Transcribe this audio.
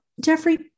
Jeffrey